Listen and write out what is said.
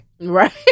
Right